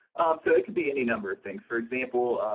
so it can be any number of things. for example,